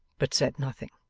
but said nothing.